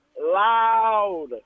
loud